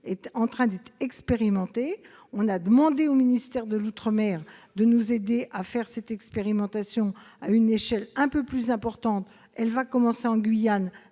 est en train d'être expérimentée. On a demandé au ministère des outre-mer de nous aider à faire cette expérimentation à une échelle un plus importante. Celle-ci va commencer en Guyane,